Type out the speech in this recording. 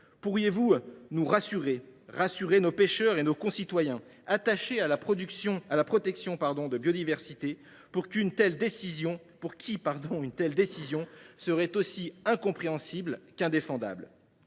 Pourriez vous nous rassurer, rassurer nos pêcheurs et nos concitoyens, attachés à la protection de la biodiversité, pour qui une telle décision serait aussi incompréhensible qu’indéfendable ?